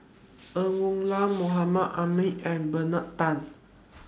Ng Woon Lam Mahmud Ahmad and Bernard Tan